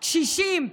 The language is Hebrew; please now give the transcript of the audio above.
קשישים,